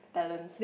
talents